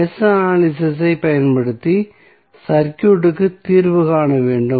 mesh analysis ஐப் பயன்படுத்தி சர்க்யூட்க்கு தீர்வு காண வேண்டும்